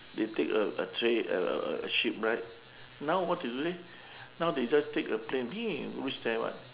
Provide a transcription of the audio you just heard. they take a a train a a a ship right now what do they take now they just take a plane reach there what